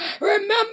remember